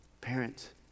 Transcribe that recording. Parents